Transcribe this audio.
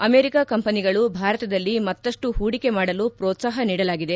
America ಕಂಪನಿಗಳು ಭಾರತದಲ್ಲಿ ಮತ್ತಷ್ಟು ಪೂಡಿಕೆ ಮಾಡಲು ಪೋತ್ಸಾಪ ನೀಡಲಾಗಿದೆ